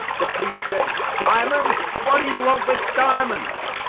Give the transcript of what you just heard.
the priest said, diamonds? what do you want with diamonds?